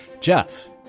Jeff